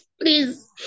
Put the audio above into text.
Please